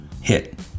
Hit